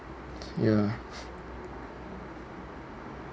ya